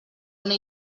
una